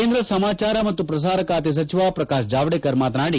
ಕೇಂದ್ರ ಸಮಾಚಾರ ಮತ್ತು ಪ್ರಸಾರ ಖಾತೆ ಸಚಿವ ಪ್ರಕಾಶ್ ಜಾವಡೇಕರ್ ಮಾತನಾಡಿ